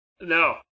no